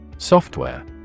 Software